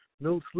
no